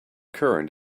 current